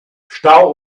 stau